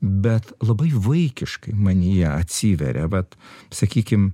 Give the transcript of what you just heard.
bet labai vaikiškai manyje atsiveria vat sakykim